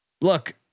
Look